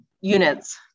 units